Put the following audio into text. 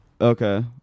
Okay